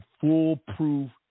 foolproof